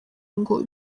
ngo